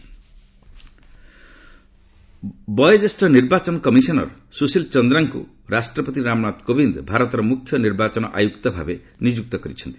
ସୁଶୀଲ ଚନ୍ଦ୍ରା ବୟୋଜ୍ୟେଷ୍ଠ ନିର୍ବାଚନ କମିଶନର ସୁଶୀଲ ଚନ୍ଦ୍ରାଙ୍କୁ ରାଷ୍ଟ୍ରପତି ରାମନାଥ କୋବିନ୍ଦ ଭାରତ ମୁଖ୍ୟ ନିର୍ବାଚନ ଆୟୁକ୍ତଭାବେ ନିଯୁକ୍ତ କରିଛନ୍ତି